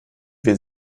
will